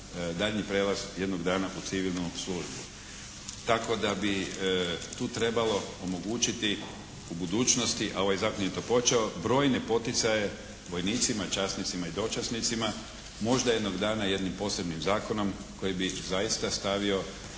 daljnji prijelaz jednog dana u civilnu službu. Tako da bi tu trebalo omogućiti u budućnosti, a ovaj zakon je to počeo brojne poticaje vojnicima, časnicima i dočasnicima. Možda jednog dana jednim posebnim zakonom koji bi zaista stavio